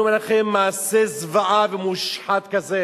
אני אומר לכם, מעשה זוועה ומושחת כזה